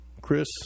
Chris